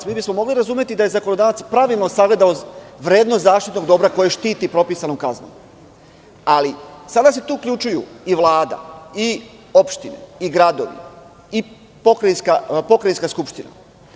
Mogli bismo razumeti da je zakonodavac pravilno sagledao vrednost zaštitnog dobra koje štiti propisanom kaznom, ali sada se tu uključuju i Vlada, i opštine, i gradovi i pokrajinska skupština.